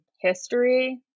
history